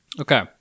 Okay